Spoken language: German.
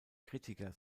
kritiker